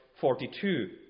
42